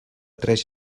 tres